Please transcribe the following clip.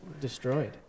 destroyed